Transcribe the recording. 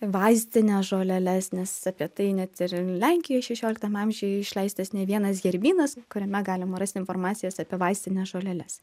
vaistines žoleles nes apie tai net ir lenkijoj šešioliktam amžiuj išleistas ne vienas herbynas kuriame galima rasti informacijos apie vaistines žoleles